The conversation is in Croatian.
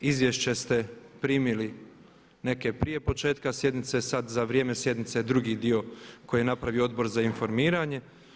Izvješće ste primili, neke prije početka sjednice, sad za vrijeme sjednice drugi dio koji je napravio Odbor za informiranje.